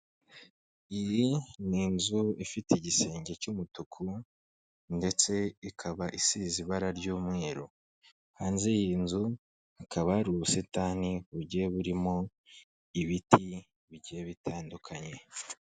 Iyi ni inzu ifite igisenge cy'umutuku ndetse ikaba isize ibara ry'umweru, hanze y'iyi nzu hakaba hari ubusitani bugiye burimo ibiti bigiye bitandukanye.